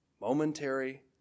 momentary